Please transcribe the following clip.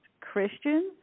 Christians